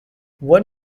what